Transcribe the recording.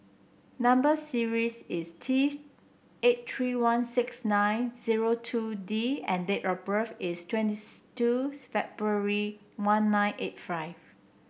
number series is T eight three one six nine zero two D and date of birth is twenty two February one nine eight five